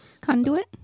Conduit